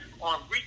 on